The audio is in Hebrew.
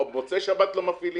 או במוצאי שבת לא מפעילים.